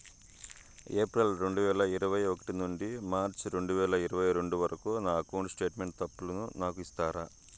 April రెండు వేల ఇరవై ఒకటి నుండి మార్చ్ రెండు వేల ఇరవై రెండు వరకు నా అకౌంట్ స్టేట్మెంట్ తప్పులను నాకు ఇస్తారా?